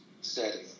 setting